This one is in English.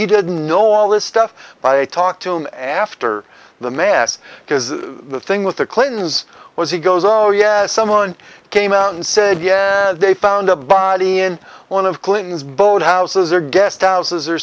he didn't know all this stuff but i talked to him after the mass because the thing with the clintons was he goes oh yes someone came out and said yeah they found a body in one of clinton's boat houses or guest